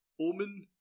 Omen